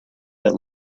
that